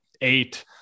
eight